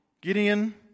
Gideon